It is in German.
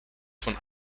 von